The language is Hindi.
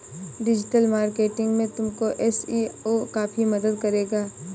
डिजिटल मार्केटिंग में तुमको एस.ई.ओ काफी मदद करेगा